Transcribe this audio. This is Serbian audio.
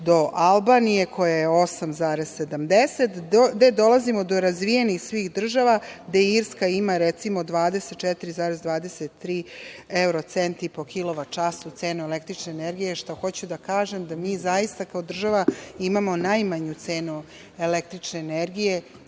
do Albanije koja je 8,70, gde dolazimo do razvijenih država, gde Irska ima 24,23 evrocenti po kilovat času cenu električne energije. Hoću da kažem da mi zaista kao država imamo najmanju cenu električne energije